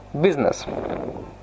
business